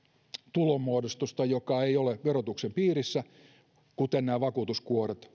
tulonmuodostusta joka ei ole verotuksen piirissä kuten vakuutuskuoret